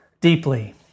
deeply